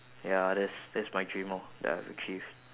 ya that's that's my dream lor that I have achieved